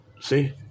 See